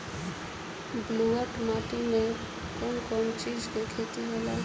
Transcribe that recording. ब्लुअट माटी में कौन कौनचीज के खेती होला?